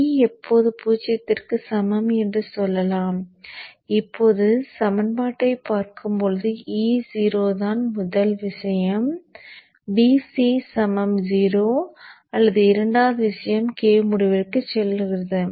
e எப்போது பூஜ்ஜியத்திற்கு சமம் என்று சொல்லலாம் இப்போது சமன்பாட்டைப் பார்க்கும்போது e 0 தான் முதல் விஷயம் Vc 0 அல்லது இரண்டாவது விஷயம் k முடிவிலிக்கு செல்கிறது